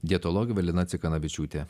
dietologė evelina cikanavičiūtė